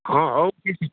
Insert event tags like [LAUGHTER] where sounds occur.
ହଁ [UNINTELLIGIBLE]